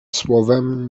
słowem